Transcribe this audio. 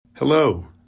Hello